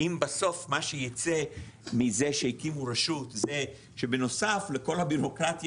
אם בסוף מה שיצא מזה שהקימו רשות זה שבנוסף לכל הבירוקרטיה